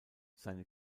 seine